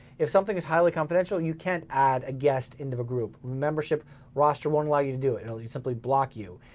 if something is highly confidential you can't add a guest into the group. the membership roster won't allow you to do it, it will simply block you.